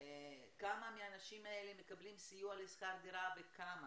כמה מהאנשים האלה מקבלים סיוע בשכר דירה וכמה.